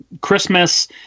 Christmas